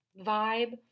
vibe